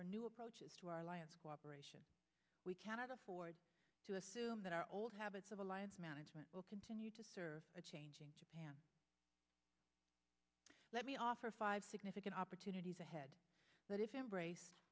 for new approaches to our alliance cooperation we cannot afford to assume that our old habits of alliance management will continue to serve a changing japan let me offer five significant opportunities ahead but if embraced